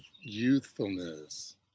youthfulness